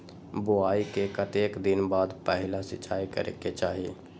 बोआई के कतेक दिन बाद पहिला सिंचाई करे के चाही?